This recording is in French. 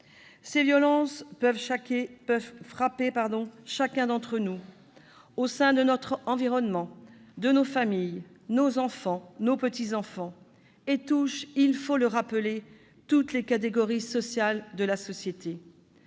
Ces violences peuvent frapper chacun d'entre nous, au sein de notre environnement, de nos familles, nos enfants, nos petits-enfants, et touchent, il faut le rappeler, toutes les catégories sociales. Un crime